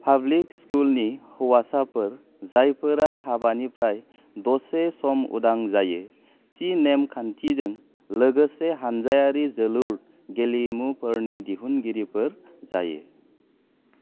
public स्कुलनि हौवासाफोर जायफोरा हाबानिफ्राय दसे सम उदां जायो थि नेम खान्थिजों लोगोसे हानजायारि जोलुर गेलेमुफोरनि दिहुनगिरिफोर जायो